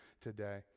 today